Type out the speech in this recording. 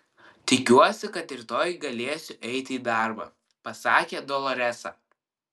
tikiuosi kad rytoj galėsiu eiti į darbą pasakė doloresa